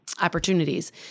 opportunities